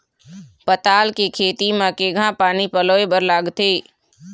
पताल के खेती म केघा पानी पलोए बर लागथे?